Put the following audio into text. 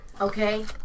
okay